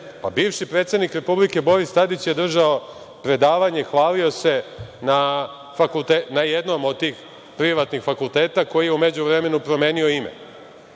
Bivši predsednik Republike Boris Tadić je držao predavanje, hvalio se na jednom od tih privatnih fakulteta koji je u međuvremenu promenio ime.